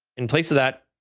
in place of that,